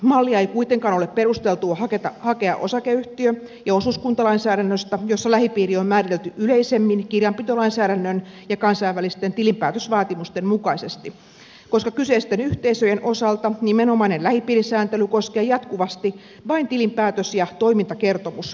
mallia ei kuitenkaan ole perusteltua hakea osakeyhtiö ja osuuskuntalainsäännöstä jossa lähipiiri on määritelty yleisemmin kirjanpitolainsäädännön ja kansainvälisten tilinpäätösvaatimusten mukaisesti koska kyseisten yhteisöjen osalta nimenomainen lähipiirisääntely koskee jatkuvasti vain tilinpäätös ja toimintakertomusvaatimuksia